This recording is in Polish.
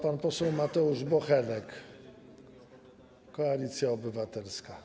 Pan poseł Mateusz Bochenek, Koalicja Obywatelska.